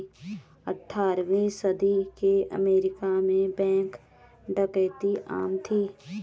अठारहवीं सदी के अमेरिका में बैंक डकैती आम थी